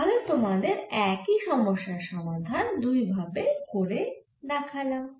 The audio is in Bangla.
তাহলে তোমাদের একই সমস্যার সমাধান দুই ভাবে করে দেখালাম